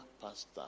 pastor